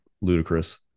ludicrous